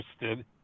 interested